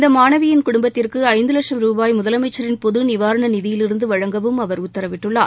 இந்த மாணவியின் குடும்பத்திற்கு ஐந்து வட்சும் ரூபாய் முதலமைச்சரின் பொது நிவாரண நிதியிலிருந்து வழங்கவும் அவர் உத்தரவிட்டுள்ளார்